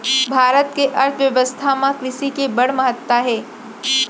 भारत के अर्थबेवस्था म कृसि के बड़ महत्ता हे